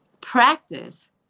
practice